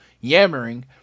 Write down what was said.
yammering